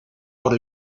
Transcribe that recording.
por